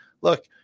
Look